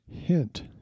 Hint